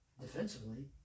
defensively